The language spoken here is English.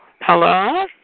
Hello